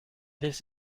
this